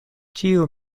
ĉiu